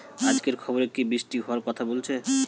আজকের খবরে কি বৃষ্টি হওয়ায় কথা বলেছে?